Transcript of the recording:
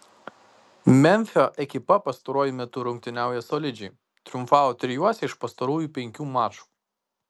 memfio ekipa pastaruoju metu rungtyniauja solidžiai triumfavo trijuose iš pastarųjų penkių mačų